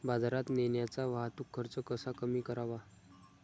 बाजारात नेण्याचा वाहतूक खर्च कसा कमी करावा?